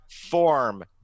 form